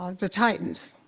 ah the titans.